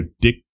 Dick